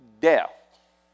death